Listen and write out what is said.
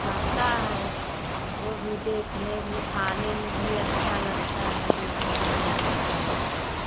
फरता है वो भी देखने भी खाने में भी अच्छा लगता है देखने में भी अच्छा लगता है